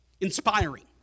inspiring